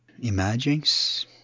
Imagings